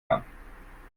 kann